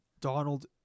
Donald